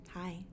hi